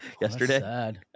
yesterday